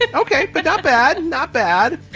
ah ok. but not bad. not bad.